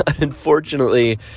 Unfortunately